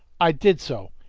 i did so,